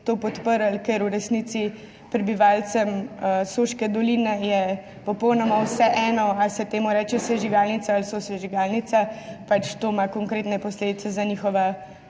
to podprli. Ker je v resnici prebivalcem Soške doline popolnoma vseeno, ali se temu reče sežigalnica ali sosežigalnica, to ima pač konkretne posledice za njihova